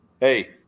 hey